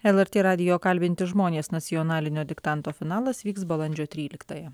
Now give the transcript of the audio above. lrt radijo kalbinti žmonės nacionalinio diktanto finalas vyks balandžio tryliktąją